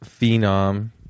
phenom